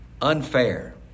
unfair